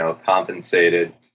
compensated